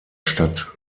stadt